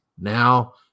now